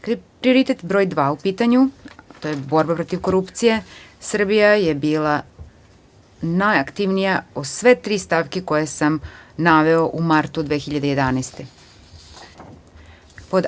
Kada je prioritet broj dva u pitanju, a to je borba protiv korupcije, Srbija je bila najaktivnija po sve tri stavke koje sam naveo u martu 2011. godine.